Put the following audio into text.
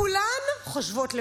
כולן חושבות לבד.